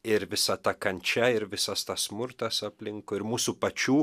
ir visa ta kančia ir visas tas smurtas aplinkui ir mūsų pačių